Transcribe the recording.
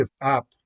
app